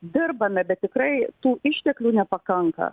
dirbame bet tikrai tų išteklių nepakanka